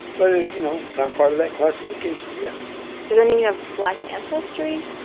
but ah you know, i'm part of that classification. yes does that mean you have black ancestry?